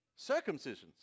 circumcisions